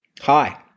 hi